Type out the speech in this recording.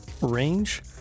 range